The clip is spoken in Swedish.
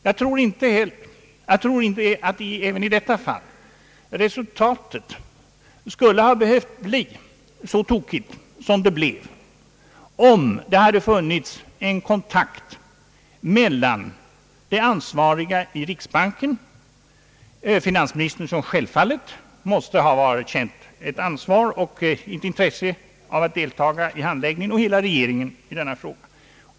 Resultatet skulle enligt min mening inte heller i detta fall ha behövt bli så tokigt, om det funnits en kontakt mellan riksdagen och de ansvariga i riksbanken, regeringen och naturligtvis finansministern, som måste ha känt ett starkt ansvar och intresse för att deltaga i handläggningen av denna fråga.